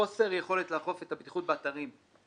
חוסר יכולת לאכוף את הבטיחות באתרים,